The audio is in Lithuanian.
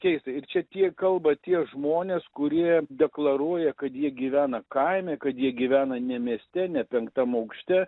keista ir čia tie kalba tie žmonės kurie deklaruoja kad jie gyvena kaime kad jie gyvena ne mieste ne penktam aukšte